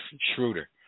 Schroeder